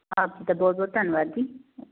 ਆਪ ਜੀ ਦਾ ਬਹੁਤ ਬਹੁਤ ਧੰਨਵਾਦ ਜੀ